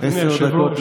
אותך.